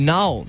Now